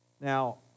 Now